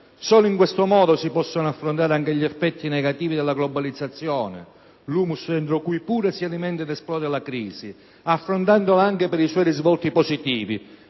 Solo in questo modo si possono affrontare anche gli effetti negativi della globalizzazione - *humus* dentro cui pure si alimenta ed esplode la crisi -, affrontandola anche per i suoi risvolti positivi,